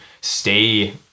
stay